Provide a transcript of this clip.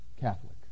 Catholic